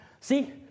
See